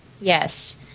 yes